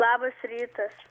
labas rytas